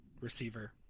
receiver